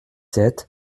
sept